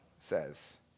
says